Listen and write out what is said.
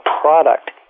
product